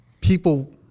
people